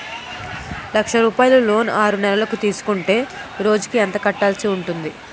లక్ష రూపాయలు లోన్ ఆరునెలల కు తీసుకుంటే రోజుకి ఎంత కట్టాల్సి ఉంటాది?